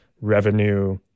revenue